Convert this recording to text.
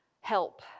help